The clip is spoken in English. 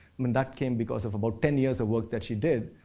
i mean that came because of about ten years of work that she did